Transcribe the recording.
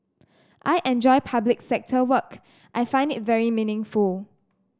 I enjoy public sector work I find it very meaningful